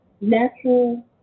natural